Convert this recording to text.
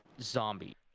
zombie